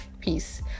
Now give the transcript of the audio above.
peace